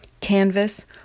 canvas